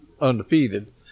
undefeated